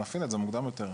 נפעיל את זה מוקדם יותר,